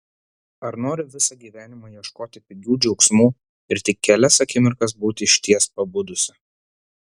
ar nori visą gyvenimą ieškoti pigių džiaugsmų ir tik kelias akimirkas būti išties pabudusi